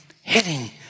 hitting